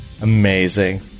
Amazing